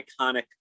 iconic